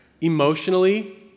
Emotionally